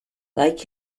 like